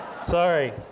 Sorry